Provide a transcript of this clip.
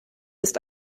ist